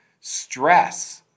stress